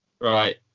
Right